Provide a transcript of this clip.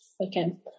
Okay